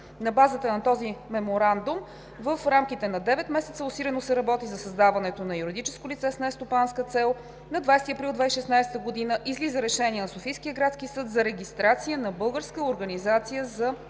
На базата на Меморандума в рамките на девет месеца усилено се работи за създаването на юридическо лице с нестопанска цел. На 20 април 2016 г. излиза Решение на Софийски градски съд за регистрация на Българска организация за верификация